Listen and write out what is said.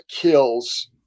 kills